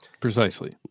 Precisely